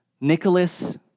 Nicholas